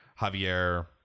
Javier